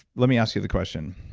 let me ask you the question.